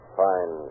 fine